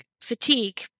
fatigue